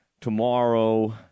tomorrow